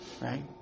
Right